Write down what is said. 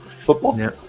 football